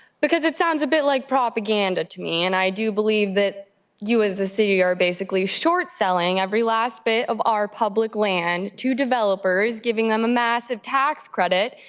because it sounds a bit like propaganda to me and i do believe that you as a city are basically shortselling every last bit of our public land to developers giving them a massive tax credit,